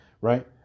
right